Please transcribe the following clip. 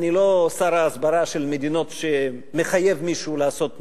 אני לא שר ההסברה של מדינות שמחייב מישהו לעשות משהו.